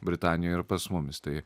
britanijoje ir pas mumis tai